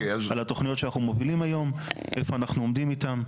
על התוכניות שאנחנו מובילים היום ואיפה אנחנו עומדים איתן.